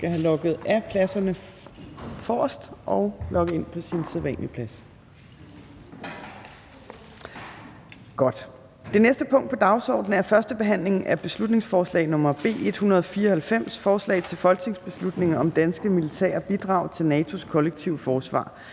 Man skal logge af pladserne heroppe og logge ind på sin sædvanlige plads. Godt. --- Det næste punkt på dagsordenen er: 2) 1. behandling af beslutningsforslag nr. B 194: Forslag til folketingsbeslutning om danske militære bidrag til NATO's kollektive forsvar.